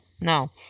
no